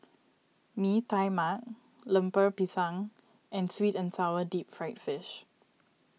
Mee Tai Mak Lemper Pisang and Sweet and Sour Deep Fried Fish